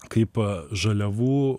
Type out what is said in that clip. kaip žaliavų